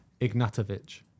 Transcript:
Ignatovich